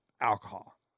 alcohol